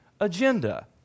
agenda